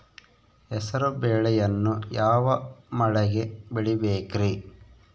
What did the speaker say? ಹೆಸರುಬೇಳೆಯನ್ನು ಯಾವ ಮಳೆಗೆ ಬೆಳಿಬೇಕ್ರಿ?